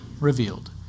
Revealed